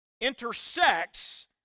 intersects